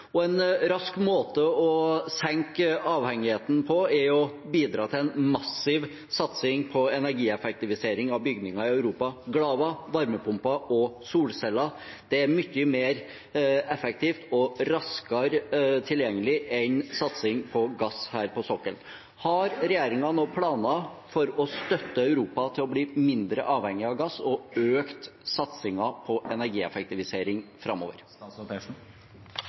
En rask måte å senke avhengigheten på er å bidra til en massiv satsing på energieffektivisering av bygninger i Europa. Glava, varmepumper og solceller er mye mer effektivt og raskere tilgjengelig enn satsing på gass her på sokkelen. Har regjeringen noen planer for å støtte Europa til å bli mindre avhengig av gass og for å øke satsingen på energieffektivisering framover?